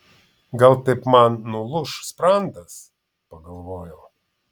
gal taip man nulūš sprandas pagalvojau